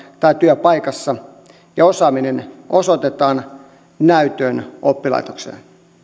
tai työpaikassa ja osaaminen osoitetaan näytöin oppilaitokseen